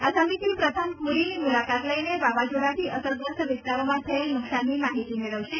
આ સમિતિ પ્રથમ પૂરીની મુલાકાત લઈને વાવાઝોડાથી અસરગ્રસ્ત વિસ્તારોમાં થયેલ નુકસાનની માહિતી મેળવશે